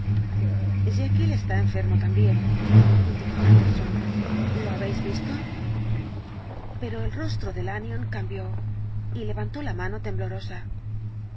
jekyll está enfermo también indicó utterson lo habéis visto pero el rostro de lanyón cambió y levantó la mano temblorosa